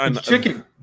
Chicken